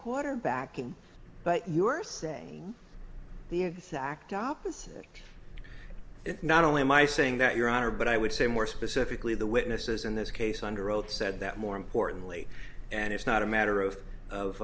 quarterbacking but your say the exact opposite not only am i saying that your honor but i would say more specifically the witnesses in this case under oath said that more importantly and it's not a matter of of